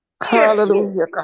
Hallelujah